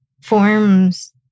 forms